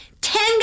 Ten